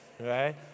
right